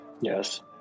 Yes